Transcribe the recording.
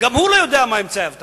גם הוא לא יודע מהם אמצעי האבטחה.